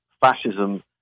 fascism